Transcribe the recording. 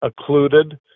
occluded